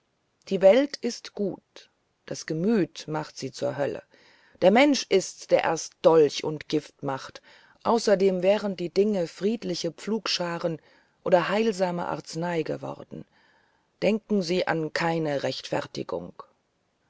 die welt ist gut das gemüt macht sie zur hölle der mensch ist's der erst dolch und gift macht außerdem wären die dinge friedliche pflugschar oder heilsame arznei geworden denken sie an keine rechtfertigung